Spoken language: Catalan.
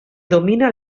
domina